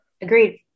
Agreed